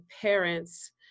parents